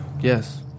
Yes